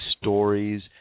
stories